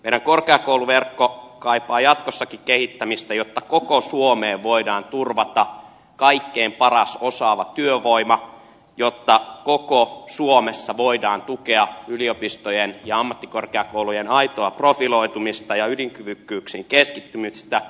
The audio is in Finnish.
meidän korkeakouluverkkomme kaipaa jatkossakin kehittämistä jotta koko suomeen voidaan turvata kaikkein paras osaava työvoima jotta koko suomessa voidaan tukea yliopistojen ja ammattikorkeakoulujen aitoa profiloitumista ja ydinkyvykkyyksiin keskittymistä